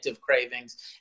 cravings